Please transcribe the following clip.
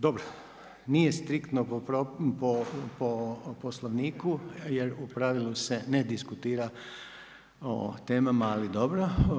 Dobro, nije striktno po Poslovniku jer u pravilu se ne diskutira o temama, ali dobro.